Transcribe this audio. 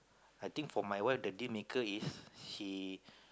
I think for my one the deal maker is she